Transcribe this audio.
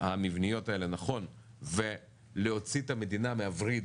המבניות האלה נכון ולהוציא את המדינה מהווריד